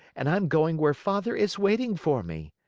and i'm going where father is waiting for me.